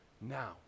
now